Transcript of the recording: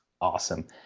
awesome